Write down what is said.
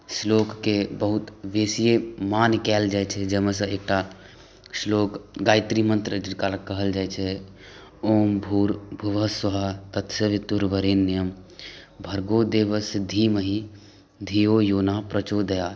श्लोकके बहुत बेसिए मान कएल जाइ छै जाहिमे से एकटा श्लोक गायत्री मन्त्र जिनका कहल जाइ छै ॐ भूर्भुवः स्वः तत्सवितुर्वरेण्यं भर्गो देवस्य धीमहि धियो योनः प्रचोदयात्